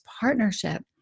partnership